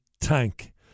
tank